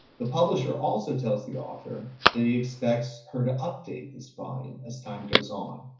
the publisher also tells the author that he expects her to update this volume as time goes on.